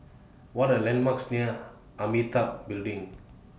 What Are landmarks near Amitabha Building